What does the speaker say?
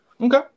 Okay